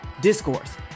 Discourse